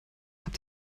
habt